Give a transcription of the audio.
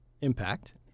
Impact